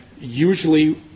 usually